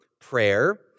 prayer